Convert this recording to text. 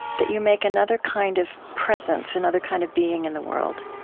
that you make another kind of presence, another kind of being in the world,